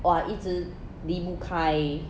!wah! 一直离不开